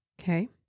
Okay